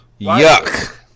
Yuck